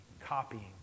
copying